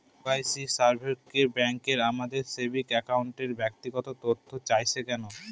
KYC survey করে bank আমাদের saving অ্যাকাউন্টের ব্যক্তিগত তথ্য চাইছে কেন?